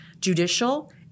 judicial